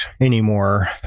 anymore